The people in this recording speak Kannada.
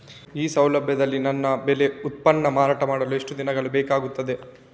ಈ ಸೌಲಭ್ಯದಲ್ಲಿ ನನ್ನ ಬೆಳೆ ಉತ್ಪನ್ನ ಮಾರಾಟ ಮಾಡಲು ಎಷ್ಟು ದಿನಗಳು ಬೇಕಾಗುತ್ತದೆ?